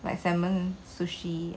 like salmon sushi